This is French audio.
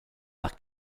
par